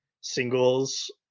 singles